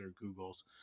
google's